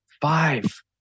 Five